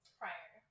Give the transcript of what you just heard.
prior